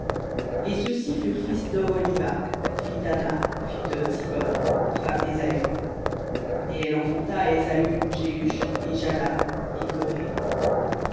et ceux-ci furent fils d'oholibama fille d'ana fille de tsibhon femme d'ésaü et elle enfanta à ésaü jehush et jahlam et coré